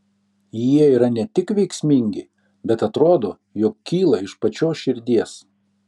jie yra ne tik veiksmingi bet atrodo jog kyla iš pačios širdies